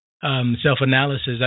self-analysis